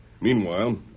Meanwhile